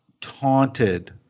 taunted